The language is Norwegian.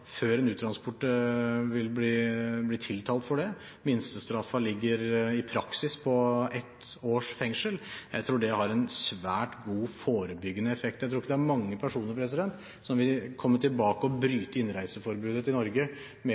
før en uttransport bli tiltalt for det. Minstestraffen ligger i praksis på ett års fengsel. Jeg tror at det har en svært god forebyggende effekt. Jeg tror ikke det er mange personer som vil komme tilbake og bryte innreiseforbudet til Norge